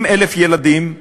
70,000 ילדים,